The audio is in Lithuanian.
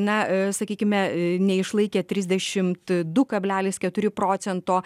na sakykime neišlaikė trisdešimt du kablelis keturi procento